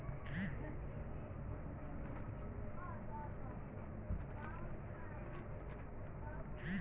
frangipani ফুলকে বাংলা ভাষায় কাঠগোলাপ বলা হয়